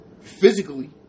Physically